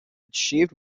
achieved